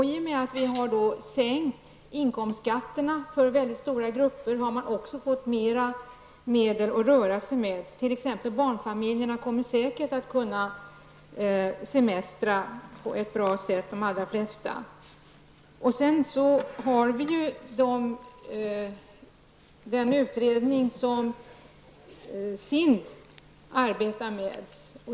I och med att vi sänkt inkomstskatten för mycket stora grupper, har löntagarna fått mer pengar att röra sig med. De allra flesta barnfamiljerna kommer säkerligen att kunna semestra på ett bra sätt. Vi har även den utredning som SIND arbetar med.